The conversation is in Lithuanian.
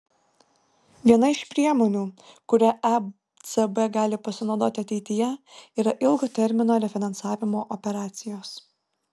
viena iš priemonių kuria ecb gali pasinaudoti ateityje yra ilgo termino refinansavimo operacijos